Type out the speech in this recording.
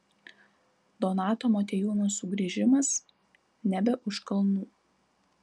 donato motiejūno sugrįžimas nebe už kalnų